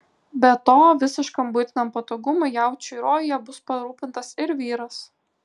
be to visiškam buitiniam patogumui jaučiui rojuje bus parūpintas ir vyras